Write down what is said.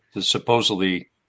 supposedly